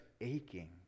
aching